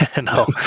No